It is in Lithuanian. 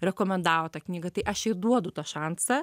rekomendavo tą knygą tai aš jai duodu tą šansą